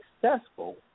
successful